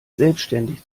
selbstständig